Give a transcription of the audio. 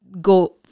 go